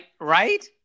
right